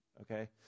Okay